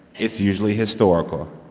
it's usually historical.